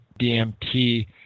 DMT